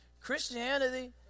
Christianity